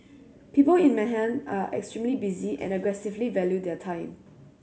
people in Manhattan are extremely busy and aggressively value their time